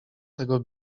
tego